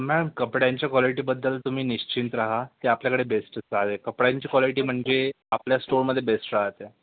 madam कपड्यांच्या क्वालिटीबद्दल तुम्ही निश्चिंत रहा ते आपल्याकडे बेस्टच आहे कपड्यांची क्वालिटी म्हणजे आपल्या स्टोरमध्ये बेस्ट राहते